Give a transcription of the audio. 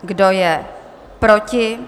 Kdo je proti?